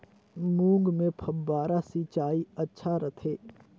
मूंग मे फव्वारा सिंचाई अच्छा रथे?